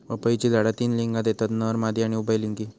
पपईची झाडा तीन लिंगात येतत नर, मादी आणि उभयलिंगी